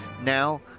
Now